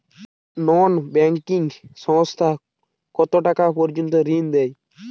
নন banking সংস্থা কতটাকা পর্যন্ত ঋণ দেয়?